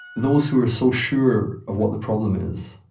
those who are so sure of what the problem is.